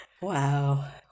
Wow